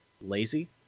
lazy